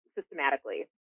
systematically